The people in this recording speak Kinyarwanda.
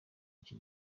iki